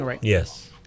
Yes